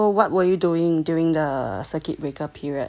!wow! so what were you doing during the circuit breaker period